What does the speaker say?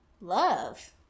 love